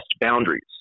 boundaries